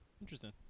interesting